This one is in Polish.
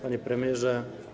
Panie Premierze!